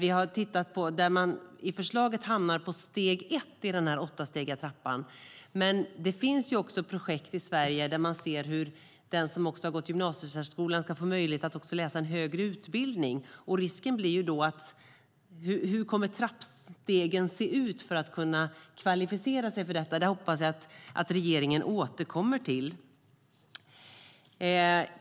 I förslaget hamnar den på steg ett i trappan med åtta steg. Det finns projekt i Sverige där man ser att de som har gått gymnasiesärskola också ska få möjlighet att läsa en högre utbildning. Hur kommer trappstegen att se ut för att de ska kunna kvalificera sig för detta? Det hoppas jag att regeringen återkommer till.